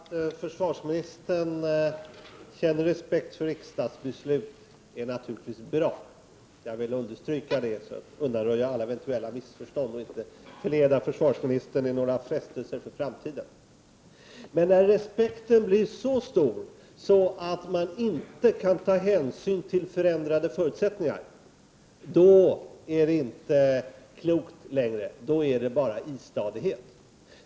Herr talman! Att försvarsministern känner respekt för riksdagsbeslut är naturligtvis bra — jag vill understryka det för att undanröja alla eventuella missförstånd och inte inleda försvarsministern i några frestelser för framtiden. Men när respekten blir så stor att man inte kan ta hänsyn till förändrade förutsättningar är det inte längre uttryck för klokhet — då är det bara istadighet.